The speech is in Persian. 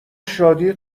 شادی